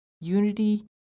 unity